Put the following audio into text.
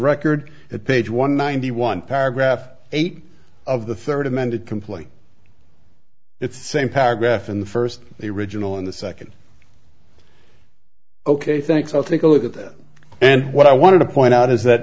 record at page one ninety one paragraph eight of the third amended complaint it's same paragraph in the first the original in the second ok thanks i'll take a look at that and what i wanted to point out is that